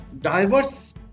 diverse